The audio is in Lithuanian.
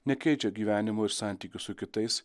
nekeičia gyvenimo ir santykių su kitais